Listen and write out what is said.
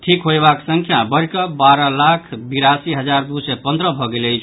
ठीक होयबाक संख्या बढ़ि कऽ बारह लाख बयासी हजार दू सय पंद्रह भऽ गेल अछि